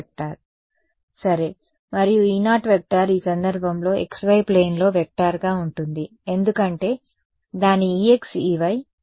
r సరే మరియుE0 ఈ సందర్భంలో xy ప్లేన్ లో వెక్టార్గా ఉంటుంది ఎందుకంటే దాని Ex Ey